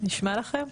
נשמע לכם?